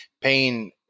Pain